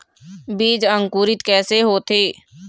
बीज अंकुरित कैसे होथे?